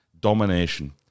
Domination